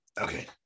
Okay